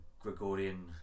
Gregorian